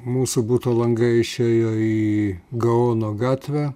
mūsų buto langai išėjo į gaono gatvę